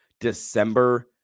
December